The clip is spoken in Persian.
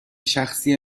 شخصی